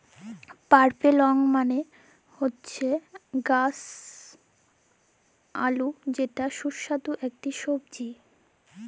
purple yam মালে হচ্যে গাছ আলু যেটা সুস্বাদু ইকটি সবজি